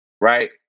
right